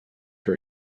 your